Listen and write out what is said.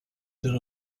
there